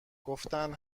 گفتند